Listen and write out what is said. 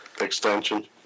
extension